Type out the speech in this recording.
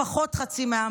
לפחות חצי מהעם,